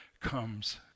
comes